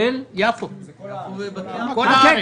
כן,